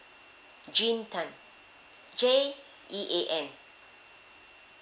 jean tan J E A N